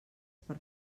per